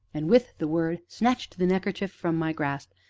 and, with the word, snatched the neckerchief from my grasp,